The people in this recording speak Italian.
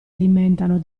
alimentano